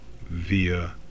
via